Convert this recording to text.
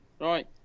right